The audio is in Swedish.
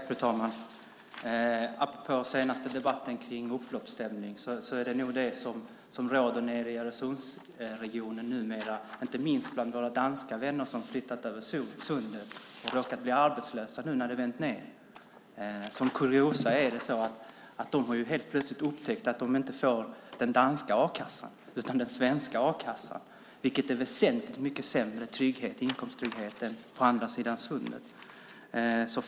Fru talman! Apropå debatten om upploppsstämning är det nog det som numera råder i Öresundsregionen, inte minst bland våra danska vänner som flyttat över Sundet och råkat bli arbetslösa när konjunkturen vänt nedåt. Som kuriosa kan nämnas att de helt plötsligt upptäckt att de inte får den danska a-kassan utan den svenska, vilket ger en väsentligt sämre trygghet inkomstmässigt än på andra sidan Sundet.